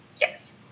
Yes